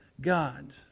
God